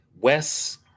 Wes